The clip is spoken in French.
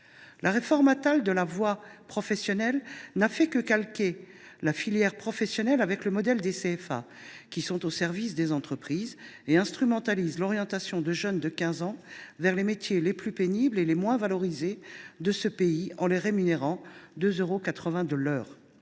La réforme Attal de la voie professionnelle ne fait que calquer la filière professionnelle tout entière sur le modèle des CFA, qui sont au service des entreprises. Elle orchestre l’orientation de jeunes de 15 ans vers les métiers les plus pénibles et les moins valorisés de ce pays en les rémunérant 2,80 euros de l’heure…